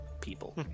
people